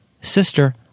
sister